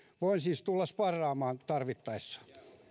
voin siis tulla sparraamaan tarvittaessa